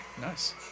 Nice